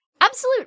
Absolute